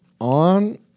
On